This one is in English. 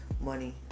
money